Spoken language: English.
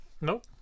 Nope